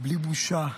בלי בושה,